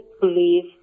believe